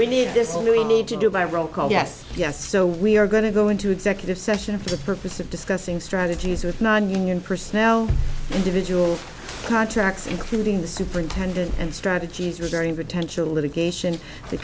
and we need to do by roll call yes yes so we are going to go into executive session for the purpose of discussing strategies with nonunion personnel individual contracts including the superintendent and strategies are very retention litigation the